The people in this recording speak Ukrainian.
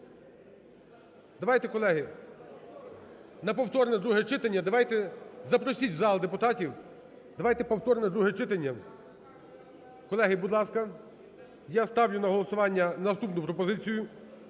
Давайте, колеги, на повторне друге читання. Давайте… Запросіть у зал депутатів. Давайте повторне друге читання. Колеги, будь ласка, я ставлю на голосування наступну пропозицію: